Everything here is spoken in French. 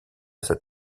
cet